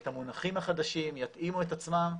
את המונחים החדשים, יתאימו את עצמם,